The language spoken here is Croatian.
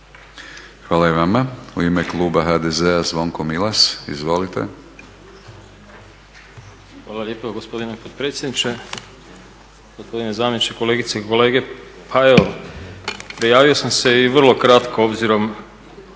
Hvala i vama. U ime Kluba HDZ-a, Zvonko Milas. Izvolite. **Milas, Zvonko (HDZ)** Hvala lijepo gospodine potpredsjedniče, gospodine zamjeniče, kolegice i kolege. Pa evo prijavio sam se i vrlo kratko obzirom